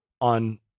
on